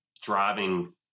driving